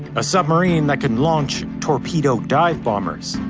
a submarine that can launch torpedo dive bombers.